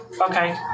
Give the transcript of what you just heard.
Okay